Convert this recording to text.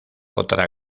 otra